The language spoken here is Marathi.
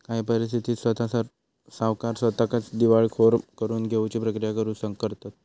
काही परिस्थितीत स्वता सावकार स्वताकच दिवाळखोर करून घेउची प्रक्रिया सुरू करतंत